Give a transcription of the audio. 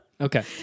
Okay